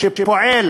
שפועל